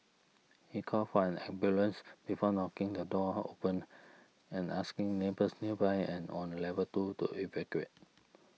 he called for an ambulance before knocking the door open and asking neighbours nearby and on level two to evacuate